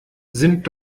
sind